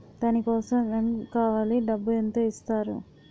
దాని కోసం ఎమ్ కావాలి డబ్బు ఎంత ఇస్తారు?